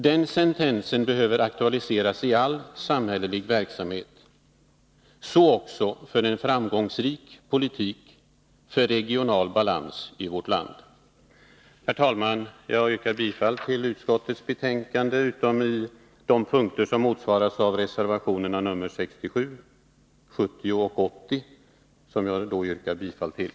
Den sentensen behöver aktualiseras i all samhällelig verksamhet, så också för en framgångsrik politik för regional balans i vårt land. Herr talman! Jag yrkar bifall till utskottets hemställan, utom i de punkter som omfattas av reservationerna 67, 70 och 80, som jag yrkar bifall till.